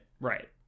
Right